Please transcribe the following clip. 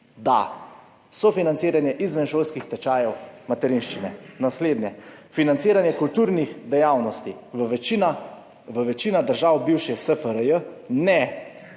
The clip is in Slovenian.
sofinanciranje izvenšolskih tečajev materinščine. Naslednje, financiranje kulturnih dejavnosti v večini držav bivše SFRJ – ne.